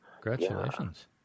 Congratulations